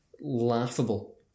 laughable